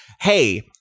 hey